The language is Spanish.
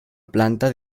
planta